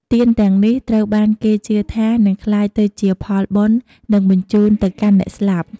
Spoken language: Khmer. ទានទាំងនេះត្រូវបានគេជឿថានឹងក្លាយទៅជាផលបុណ្យ និងបញ្ជូនទៅកាន់អ្នកស្លាប់។